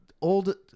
old